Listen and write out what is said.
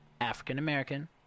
African-American